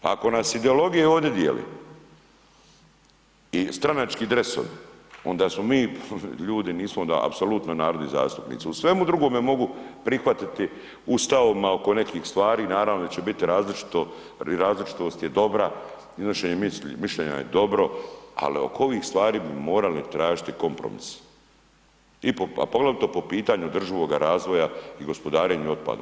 Ako nas ideologije ovdje dijele i stranački dresovi, onda smo mi ljudi nismo apsolutno narodni zastupnici, u svemu drugome mogu prihvatiti u stavovima oko nekih stvari, naravno da će biti različito, različitost je dobra, iznošenje mišljenja je dobro ali oko ovih stvari bi morali tražiti kompromis a poglavito po pitanju održivoga razvoja i gospodarenju otpadom.